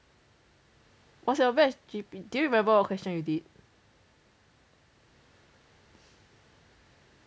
was your batch G_P do you remember your question you did